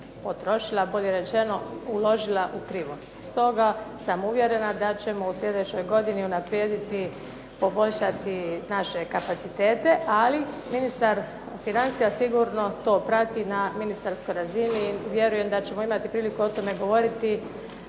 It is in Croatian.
potrošila bolje rečeno uložila u krivo. Stoga sam uvjerena da ćemo u sljedećoj godini unaprijediti, poboljšati naše kapacitete, ali ministar financija sigurno to prati na ministarskoj razini i vjerujem da ćemo imati prilike o tome govoriti